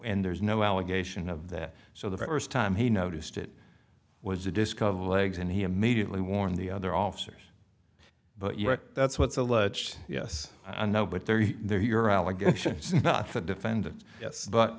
and there's no allegation of that so the first time he noticed it was a disk of legs and he immediately warned the other officers but yet that's what's alleged yes i know but they're there your allegations and not the defendant yes but